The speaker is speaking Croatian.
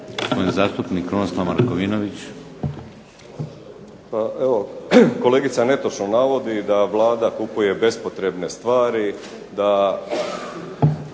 Krunoslav (HDZ)** Pa evo kolegica netočno navodi da Vlada kupuje bespotrebne stvari, da